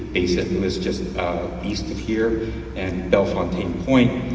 bay saint louis just east of here and belle fontaine point.